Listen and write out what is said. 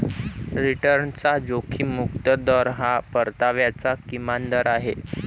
रिटर्नचा जोखीम मुक्त दर हा परताव्याचा किमान दर आहे